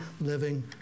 living